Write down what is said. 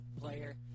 player